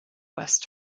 west